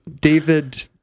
David